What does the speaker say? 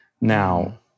Now